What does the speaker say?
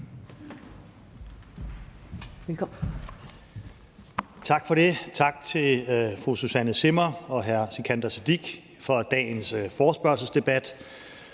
Tak for det, tak til fru Susanne Zimmer og hr. Sikandar Siddique for dagens forespørgselsdebat.